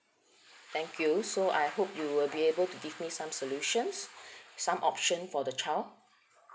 thank you so I hope you will be able to give me some solution some option for the child